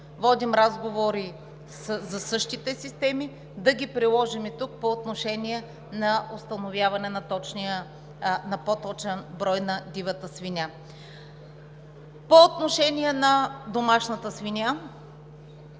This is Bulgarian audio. Водим разговори същите системи да ги приложим и тук по отношение на установяване на по-точен брой на дивата свиня. По отношение на домашната свиня.